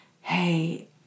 hey